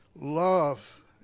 Love